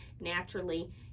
naturally